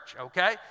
okay